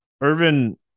Irvin